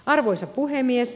arvoisa puhemies